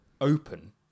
open